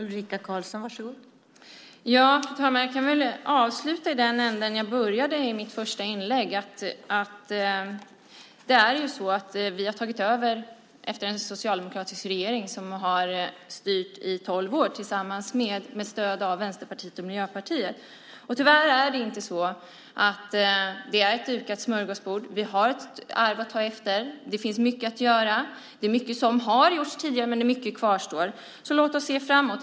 Fru talman! Jag kan avsluta i den ände som jag började i mitt första inlägg, att vi har tagit över efter en socialdemokratisk regering som har styrt i tolv år med stöd av Vänsterpartiet och Miljöpartiet. Tyvärr är det inte ett dukat smörgåsbord. Vi har ett arv att ta över. Det finns mycket att göra. Det är mycket som har gjorts tidigare men mycket kvarstår, så låt oss se framåt.